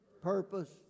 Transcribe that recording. purpose